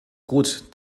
gut